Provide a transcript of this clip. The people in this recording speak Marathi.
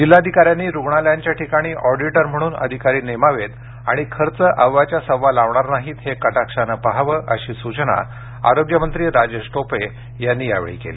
जिल्हाधिकाऱ्यांनी रुग्णालयांच्या ठिकाणी ऑडीटर म्हणून अधिकारी नेमावेत आणि खर्च अव्वाच्या सव्वा लावणार नाहीत हे कटाक्षाने पहावे अशी सूचना आरोग्य मंत्री राजेश टोपे यांनी यावेळी केली